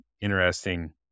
interesting